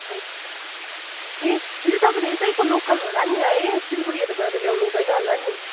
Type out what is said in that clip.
हजुर ए दिदी तपाईँले यतैको लोकल होला नि है सिलगढीहरूबाट त ल्याउनु हुँदैन होला नि